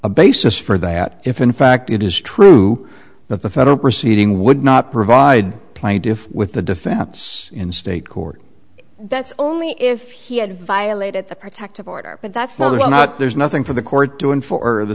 a basis for that if in fact it is true that the federal proceeding would not provide plaintiffs with the defense in state court that's only if he had violated the protective order but that's more than not there's nothing for the court doing for the